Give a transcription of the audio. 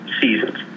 seasons